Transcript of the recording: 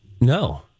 No